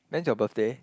when's your birthday